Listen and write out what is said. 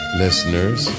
listeners